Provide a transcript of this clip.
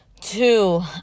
Two